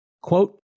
Quote